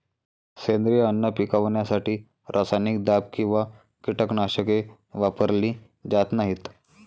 सेंद्रिय अन्न पिकवण्यासाठी रासायनिक दाब किंवा कीटकनाशके वापरली जात नाहीत